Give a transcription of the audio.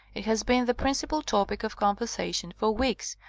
it has been the principal topic of conversation for weeks,